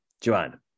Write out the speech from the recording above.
Joanne